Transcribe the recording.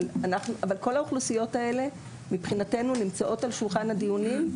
אבל כל האוכלוסיות הללו מבחינתנו נמצאות על שולחן הדיונים.